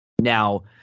Now